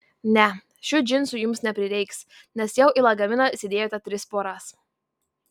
ne šių džinsų jums neprireiks nes jau į lagaminą įsidėjote tris poras